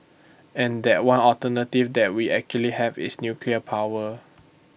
and that one alternative that we actually have is nuclear power